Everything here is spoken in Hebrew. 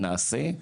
אנחנו נעשה,